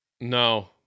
No